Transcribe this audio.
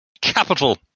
Capital